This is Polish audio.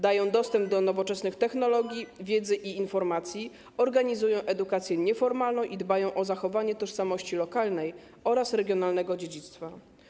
Dają dostęp do nowoczesnych technologii, wiedzy i informacji, organizują edukację nieformalną i dbają o zachowanie tożsamości lokalnej oraz regionalnego dziedzictwa.